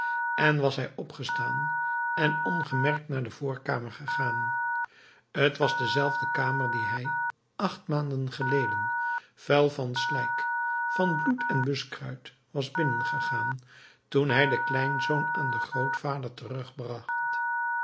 en was hij opgestaan en ongemerkt naar de voorkamer gegaan t was dezelfde kamer die hij acht maanden geleden vuil van slijk van bloed en buskruit was binnengegaan toen hij den kleinzoon aan den grootvader terugbracht